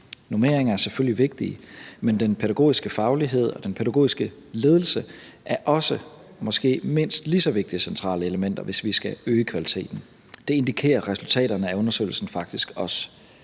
Normeringer er selvfølgelig vigtige, men den pædagogiske faglighed og den pædagogiske ledelse er måske mindst lige så vigtige centrale elementer, hvis vi skal øge kvaliteten. Det indikerer resultaterne af undersøgelsen faktisk også.